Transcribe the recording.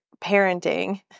parenting